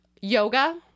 Yoga